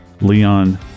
Leon